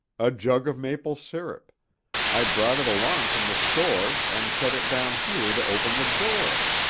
a jug of maple sirup i brought it along from the store and set it down here to open the door.